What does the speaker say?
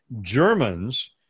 Germans